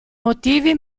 motivi